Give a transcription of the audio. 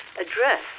address